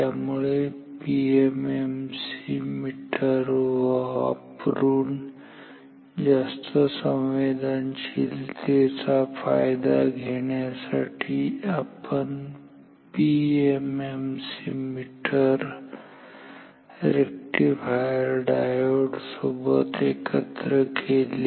त्यामुळे PMMC meter वापरून जास्त संवेदनशीलतेचा फायदा घेण्यासाठी आपण पीएमएमसी मीटर रेक्टिफायर डायोड सोबत एकत्र केले